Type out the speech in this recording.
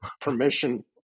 permission